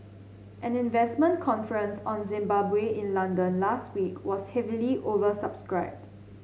an investment conference on Zimbabwe in London last week was heavily oversubscribed